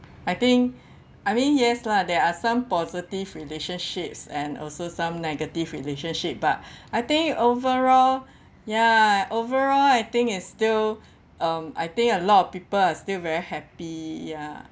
I think I mean yes lah there are some positive relationships and also some negative relationship but I think overall ya overall I think is still um I think a lot of people are still very happy ya